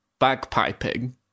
bagpiping